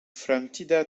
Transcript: framtida